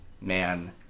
Man